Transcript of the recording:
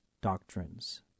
doctrines